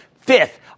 Fifth